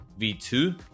v2